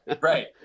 Right